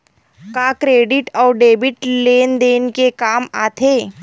का क्रेडिट अउ डेबिट लेन देन के काम आथे?